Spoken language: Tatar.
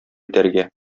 итәргә